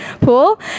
pool